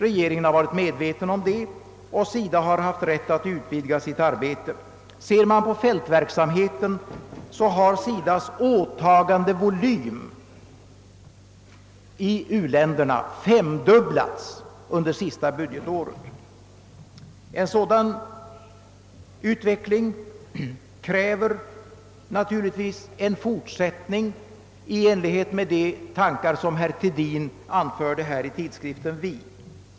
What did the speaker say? Regeringen har varit medveten om det, och SIDA har haft rätt att utvidga sitt arbete. Ser vi på fältverksamheten, så har SIDA:s åtagandevolym i u-länderna femdubblats under det senaste budgetåret. En sådan utveckling kräver naturligtvis en fortsättning i enlighet med de tankar som herr Thedin gav uttryck åt i tidskriften Vi.